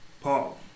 Paul